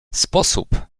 sposób